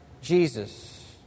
Jesus